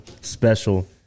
special